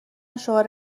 شعار